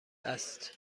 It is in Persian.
است